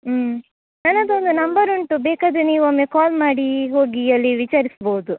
ಹ್ಞೂ ನನ್ನಹತ್ರ ಒಂದು ನಂಬರುಂಟು ಬೇಕಾದರೆ ನೀವೊಮ್ಮೆ ಕಾಲ್ ಮಾಡಿ ಹೋಗಿ ಅಲ್ಲಿ ವಿಚಾರಿಸ್ಬೋದು